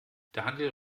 daniel